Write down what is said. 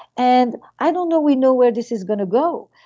and i don't know we know where this is going to go.